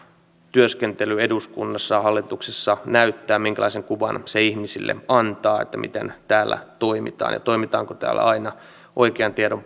työskentely eduskunnassa ja hallituksessa näyttää minkälaisen kuvan se ihmisille antaa siitä miten täällä toimitaan ja toimitaanko täällä aina oikean tiedon